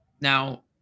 Now